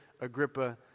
Agrippa